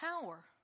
power